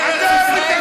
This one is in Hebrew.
ארץ ישראל שלנו.